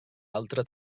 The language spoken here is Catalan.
altre